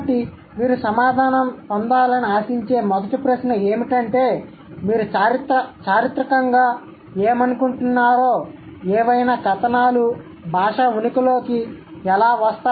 కాబట్టి మీరు సమాధానం పొందాలని ఆశించే మొదటి ప్రశ్న ఏమిటంటే మీరు చారిత్రకంగా ఏమనుకుంటున్నారో ఏవైనా కథనాలు భాష ఉనికిలోకి ఎలా వస్తాయి